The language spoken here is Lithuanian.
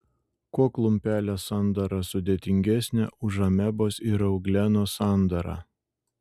kuo klumpelės sandara sudėtingesnė už amebos ir euglenos sandarą